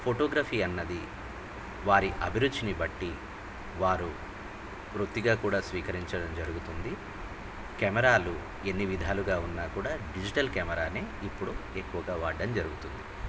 photography అన్నది వారి అభిరుచిని బట్టి వారు వృత్తిగా కూడా స్వీకరించడం జరుగుతుంది కెమెరాలు ఎన్ని విధాలుగా ఉన్నా కూడా డిజిటల్ కెమెరాను ఇప్పుడు ఎక్కువగా వాడడం జరుగుతుంది